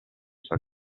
ciò